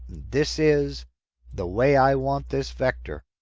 this is the way i want this vector.